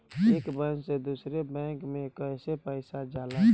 एक बैंक से दूसरे बैंक में कैसे पैसा जाला?